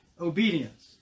obedience